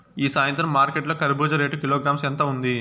ఈ సాయంత్రం మార్కెట్ లో కర్బూజ రేటు కిలోగ్రామ్స్ ఎంత ఉంది?